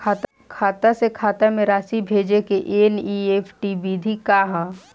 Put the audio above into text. खाता से खाता में राशि भेजे के एन.ई.एफ.टी विधि का ह?